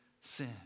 sin